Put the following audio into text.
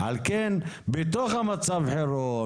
על כן בתוך מצב החירום,